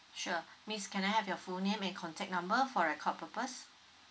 sure miss can I have your full name and contact number for record purpose